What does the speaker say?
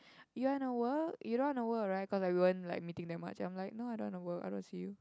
you want to work you don't want to work right cause like we won't like meeting that much I'm like no I don't want to work I don't want to see you